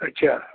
আচ্চা